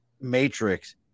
Matrix